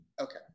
Okay